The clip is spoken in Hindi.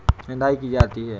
निदाई की जाती है?